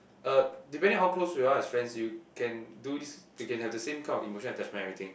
uh depending on how close you are as friends you can do this you can have the same kind of emotion attachment everything